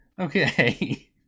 Okay